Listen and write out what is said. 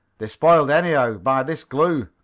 they're spoiled anyhow, by this glue.